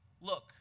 look